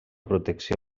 protecció